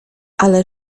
ale